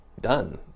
done